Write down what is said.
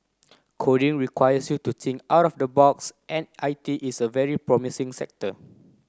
coding requires you to think out of the box and I T is a very promising sector